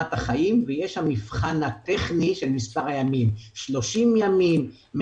רמת החיים ויש המבחן הטכני של מספר הימים 30 ימים,